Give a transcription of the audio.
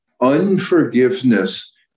Unforgiveness